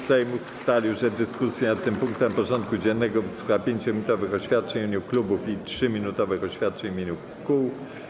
Sejm ustalił, że w dyskusji nad tym punktem porządku dziennego wysłucha 5-minutowych oświadczeń w imieniu klubów i 3-minutowych oświadczeń w imieniu kół.